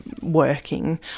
Working